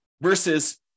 versus